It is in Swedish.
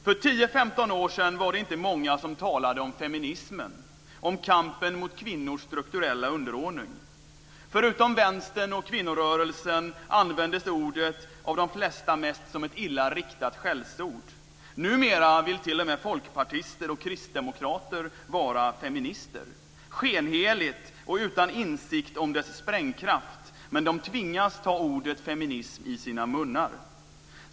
För 10-15 år sedan var det inte många som talade om feminismen och om kampen mot kvinnors strukturella underordning. Förutom vad gäller Vänstern och kvinnorörelsen användes ordet av de flesta mest som ett illa riktat skällsord. Numera vill t.o.m. folkpartister och kristdemokrater vara feminister. Det är skenheligt och utan insikt om dess sprängkraft, men de tvingas ta ordet feminism i sina munnar.